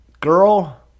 girl